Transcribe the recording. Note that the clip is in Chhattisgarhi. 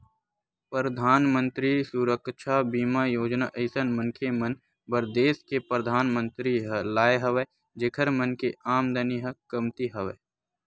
परधानमंतरी सुरक्छा बीमा योजना अइसन मनखे मन बर देस के परधानमंतरी ह लाय हवय जेखर मन के आमदानी ह कमती हवय